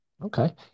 Okay